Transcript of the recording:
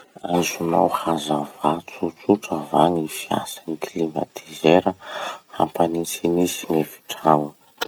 Azonao hazavà tsotsotra va ny fiasan'ny climatiseur hampanitsinitsy ny efitrano?